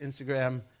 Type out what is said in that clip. Instagram